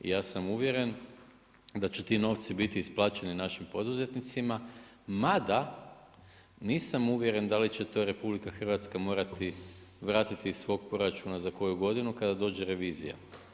Ja sam uvjeren da će ti novci biti isplaćeni našim poduzetnicima mada nisam uvjeren da li će to RH morati vratiti iz svog proračuna za koji godinu kada dođe revizija.